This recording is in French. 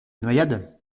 noyade